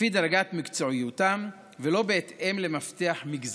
לפי דרגת מקצועיותם ולא בהתאם למפתח מגזרי,